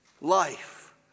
Life